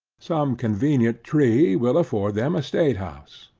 some convenient tree will afford them a state-house,